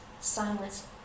silence